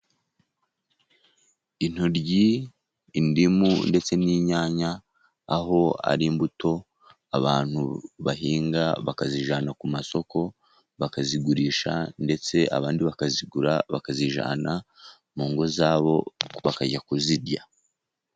Intoryi, indimu, ndetse n'inyanya, aho ari imbuto abantu bahinga bakazijyana ku masoko bakazigurisha, ndetse abandi bakazigura bakazijyana mu ngo zabo, bakajya kuzirya.